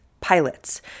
pilots